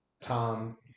Tom